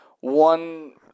one